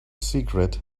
cigarette